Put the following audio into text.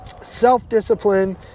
self-discipline